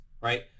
right